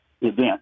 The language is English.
event